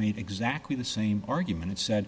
made exactly the same argument it said